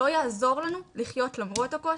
לא יעזור לנו לחיות למרות הקושי,